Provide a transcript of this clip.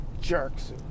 Jerks